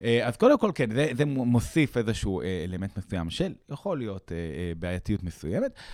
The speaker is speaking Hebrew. אז קודם כל, כן, זה מוסיף איזשהו אלמנט מסוים של, יכול להיות, בעייתיות מסוימת.